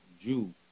Jew